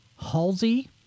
Halsey